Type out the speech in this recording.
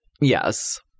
Yes